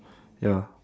ya